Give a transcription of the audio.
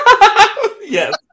Yes